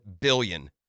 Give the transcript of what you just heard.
billion